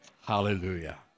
Hallelujah